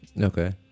okay